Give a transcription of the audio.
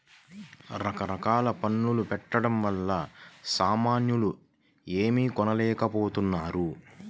రకరకాల పన్నుల పెట్టడం వలన సామాన్యులు ఏమీ కొనలేకపోతున్నారు